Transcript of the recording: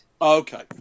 Okay